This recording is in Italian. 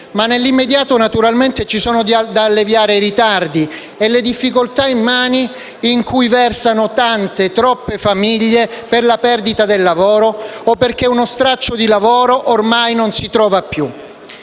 Nell'immediato, però, ci sono da alleviare i ritardi e le difficoltà immani in cui versano tante, troppe famiglie per la perdita del lavoro o perché uno straccio di lavoro ormai non si trova più.